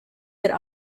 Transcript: der